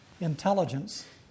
Intelligence